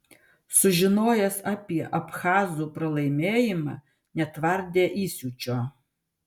sužinojęs apie abchazų pralaimėjimą netvardė įsiūčio